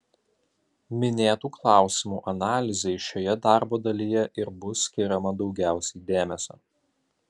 minėtų klausimų analizei šioje darbo dalyje ir bus skiriama daugiausiai dėmesio